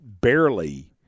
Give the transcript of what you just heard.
barely